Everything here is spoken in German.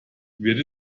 wird